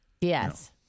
Yes